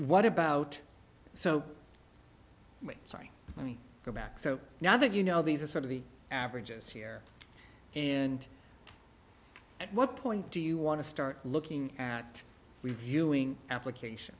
what about so sorry let me go back so now that you know these are sort of the averages here and at what point do you want to start looking at reviewing application